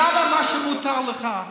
למה מה שמותר לך,